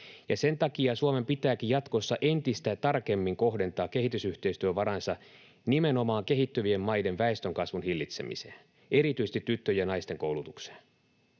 sen takia Suomen pitääkin jatkossa entistä tarkemmin kohdentaa kehitysyhteistyövaransa nimenomaan kehittyvien maiden väestönkasvun hillitsemiseen, erityisesti tyttöjen ja naisten koulutukseen.